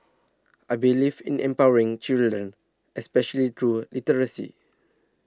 I believe in empowering children especially through literacy